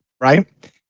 right